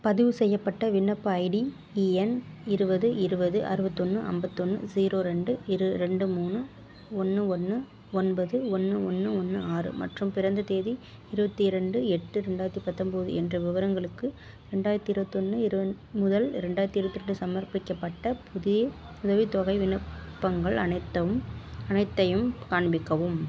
பதிவுசெய்யப்பட்ட விண்ணப்ப ID E N இருபது இருபது அறுபத்தொன்னு ஐம்பத்தொன்னு ஸீரோ ரெண்டு ரெண்டு மூணு ஒன்று ஒன்று ஒன்பது ஒன்று ஒன்று ஒன்று ஆறு மற்றும் பிறந்த தேதி இருபத்தி இரண்டு எட்டு ரெண்டாயிரத்தி பத்தொம்போது என்ற விவரங்களுக்கு ரெண்டாயிரத்தி இருபத்தி ஒன்று முதல் ரெண்டாயிரத்தி இருபத்தி ரெண்டு சமர்ப்பிக்கப்பட்ட புதிய உதவித்தொகை விண்ணப்பங்கள் அனைத்தும் அனைத்தையும் காண்பிக்கவும்